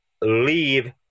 leave